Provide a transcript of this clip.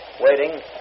waiting